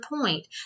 point